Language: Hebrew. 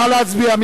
נא להצביע.